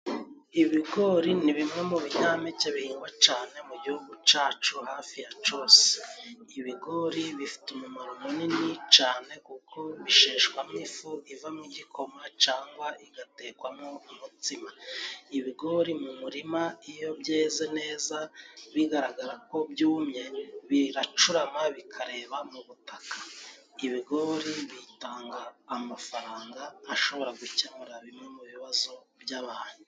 Ibigori ni bimwe mu binyampeke bihingwa cane mu gihugu cacu hafi ya cose. Ibigori bifite umumaro munini cane kuko bisheshwamwo ifu ivamo igikoma cangwa igatekwamo umutsima. Ibigori mu murima iyo byeze neza bigaragara ko byumye biracurama bikareba mu butaka. Ibigori bitanga amafaranga ashobora gukemura bimwe mubibazo by'abantu.